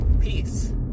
peace